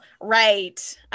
right